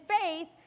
faith